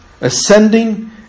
ascending